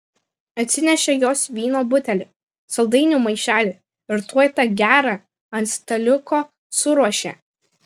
atsinešė jos vyno butelį saldainių maišelį ir tuoj tą gerą ant staliuko suruošė